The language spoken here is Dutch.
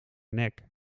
nek